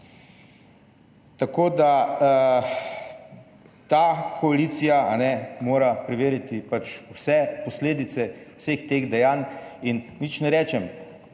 Tako da ta koalicija mora preveriti vse posledice vseh teh dejanj. In nič ne rečem,